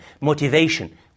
motivation